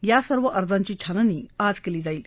या सर्व अर्जांची छाननी आज केली जाईल